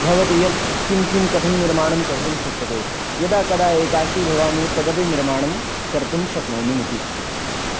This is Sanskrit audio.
भवति यत् किं किं कथं निर्माणं कर्तुं शक्यते यदा कदा एकाकी भवामि तदपि निर्माणं कर्तुं शक्नोमि इति